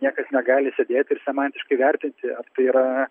niekas negali sėdėti ir semantiškai vertinti ar tai yra